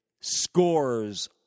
scores